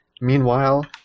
meanwhile